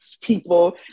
people